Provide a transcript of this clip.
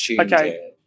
okay